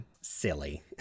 silly